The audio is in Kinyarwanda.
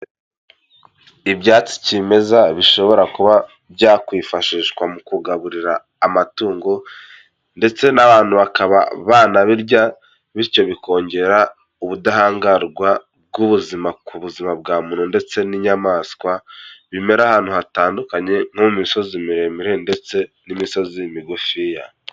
Ibyatsi kimeza bishobora kuba byakwifashishwa mu kugaburira amatungo ndetse n'abantu bakaba banabirya bityo bikongera ubudahangarwa bw'ubuzima ku buzima bwa muntu ndetse n'inyamaswa, bimera ahantu hatandukanye nko mu misozi miremire ndetse n'imisozi migufiya.